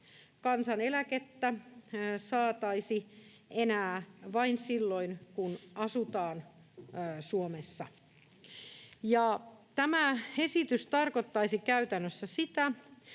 kansaneläkettä saataisiin enää vain silloin, kun asutaan Suomessa. Tämä esitys tarkoittaisi käytännössä sitä,